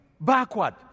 backward